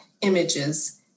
images